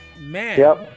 man